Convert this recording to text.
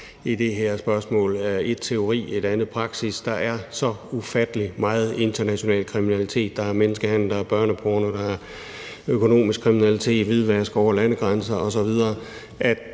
i det her spørgsmål. Ét er teori, noget andet praksis. Der er så ufattelig meget international kriminalitet. Der er menneskehandel, der er børneporno, der er økonomisk kriminalitet, hvidvask over landegrænser osv.